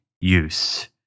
use